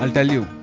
um tell you.